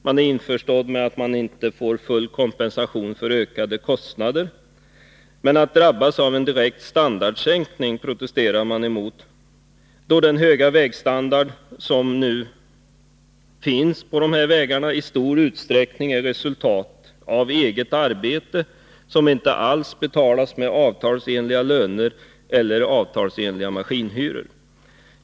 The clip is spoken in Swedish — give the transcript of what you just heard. Man är införstådd med att man inte får full kompensation för ökade kostnader. Men en direkt standardsänkning protesterar man emot, då den höga standard som dessa vägar nu har i stor utsträckning är ett resultat av eget arbete, som inte alls betalas med avtalsenliga löner eller med avtalsenliga maskinhyror.